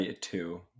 two